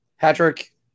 Patrick